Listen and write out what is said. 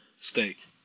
Steak